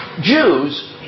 Jews